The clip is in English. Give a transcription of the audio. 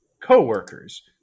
co-workers